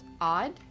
odd